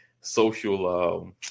social